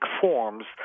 forms